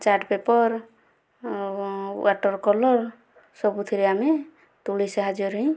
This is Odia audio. ଚାର୍ଟ ପେପର ୱାଟର କଲର ସବୁଥିରେ ଆମେ ତୂଳୀ ସାହାଯ୍ୟରେ ହିଁ